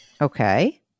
Okay